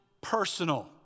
personal